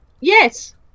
yes